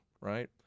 right